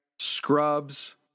Scrubs